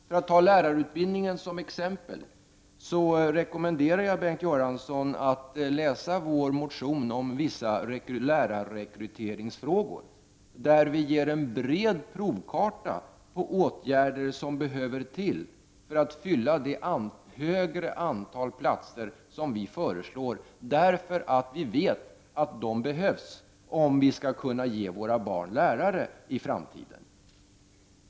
För att ta lärarutbildningen som exempel rekommenderar jag Bengt Göransson att läsa vår motion om vissa lärarrekryteringsfrågor, som innehåller en bred provkarta på åtgärder som behöver vidtas för att fylla det högre antal platser som vi föreslår — vi vet att de behövs om vi skall kunna ge våra barn lärare i framtiden.